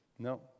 No